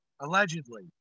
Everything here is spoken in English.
Allegedly